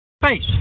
face